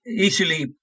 easily